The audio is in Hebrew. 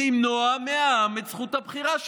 למנוע מהעם את זכות הבחירה שלו,